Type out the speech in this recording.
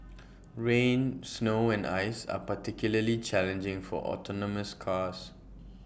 rain snow and ice are particularly challenging for autonomous cars